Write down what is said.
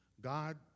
God